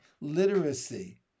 literacy